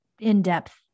in-depth